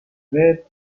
ver